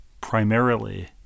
primarily